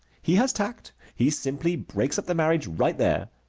he has tact. he simply breaks up the marriage right there.